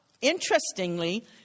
interestingly